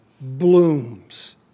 blooms